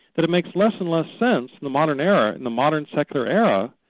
that it makes less and less sense in the modern era, in the modern secular era,